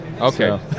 Okay